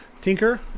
Tinker